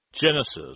Genesis